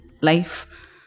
life